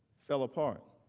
fell apart.